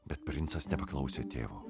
bet princas nepaklausė tėvo